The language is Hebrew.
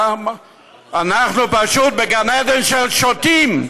אנחנו פשוט בגן עדן של שוטים.